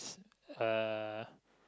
uh